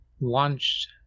launched